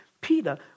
Peter